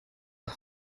the